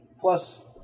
Plus